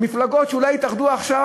מפלגות שאולי מאוחדות עכשיו,